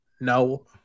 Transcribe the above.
No